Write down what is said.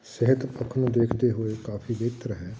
ਸਿਹਤ ਪੱਖ ਨੂੰ ਦੇਖਦੇ ਹੋਏ ਕਾਫੀ ਬਿਹਤਰ ਹੈ